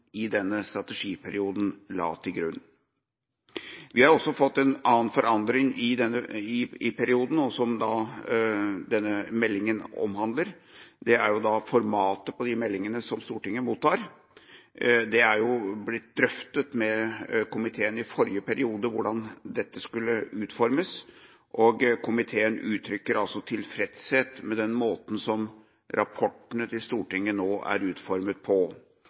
i denne strategiperioden la til grunn. Det har også vært en annen endring i perioden, og som denne meldinga omhandler. Det gjelder formatet på de meldingene som Stortinget mottar. Det ble drøftet med komiteen i forrige periode hvordan dette skulle utformes, og komiteen uttrykker tilfredshet med den måten som rapportene til Stortinget nå er utformet på.